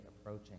approaching